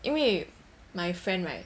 因为 my friend right